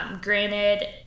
Granted